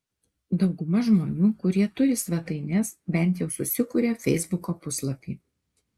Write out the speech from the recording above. dauguma žmonių kurie turi svetaines bent jau susikuria feisbuko puslapį